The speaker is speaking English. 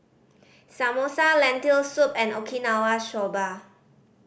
Samosa Lentil Soup and Okinawa Soba